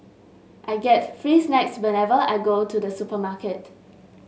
I get free snacks whenever I go to the supermarket